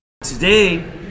Today